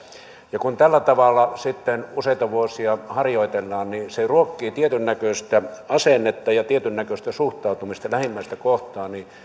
ja kun tällä tavalla sitten useita vuosia harjoitellaan niin se ruokkii tietynnäköistä asennetta ja tietynnäköistä suhtautumista lähimmäistä kohtaan ja